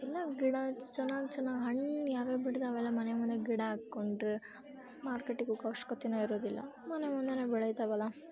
ಎಲ್ಲ ಗಿಡ ಚೆನ್ನಾಗಿ ಚೆನ್ನಾಗಿ ಹಣ್ಣು ಯಾವ್ಯಾವು ಬಿಡ್ತಾವಲ್ವ ಮನೆ ಮುಂದೆ ಗಿಡ ಹಾಕಿಕೊಂಡ್ರೆ ಮಾರ್ಕೆಟಿಗೆ ಹೋಗೋ ಅವಶ್ಕತೆಯೇ ಇರೋದಿಲ್ಲ ಮನೆ ಮುಂದೆನೇ ಬೆಳೀತಾವಲ್ಲ